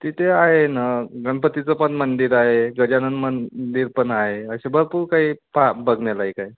तिथे आहे न गणपतीचं पण मंदिर आहे गजानन मंदिर पण आहे असे भरपूर काही पाहा बघण्यालायक आहे